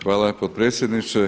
Hvala potpredsjedniče.